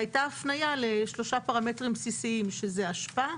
והייתה הפניה לשלושה פרמטרים בסיסיים שזה אשפה,